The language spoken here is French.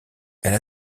elle